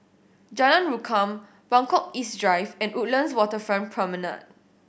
Jalan Rukam Buangkok East Drive and Woodlands Waterfront Promenade